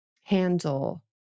handle